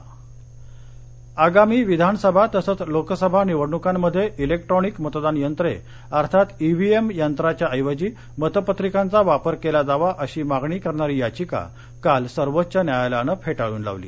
मतदान यंत्रे आगामी विधानसभा तसंच लोकसभा निवडणुकांमध्ये श्रेक्ट्रोनिक मतदान यंत्रे अर्थात ई व्ही एम यंत्रांच्या ऐवजी मतपत्रिकांचा वापर केला जावा अशी मागणी करणारी याचिका काल सर्वोच्च न्यायलयानं फेटाळून लावली